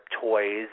toys